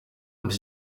muri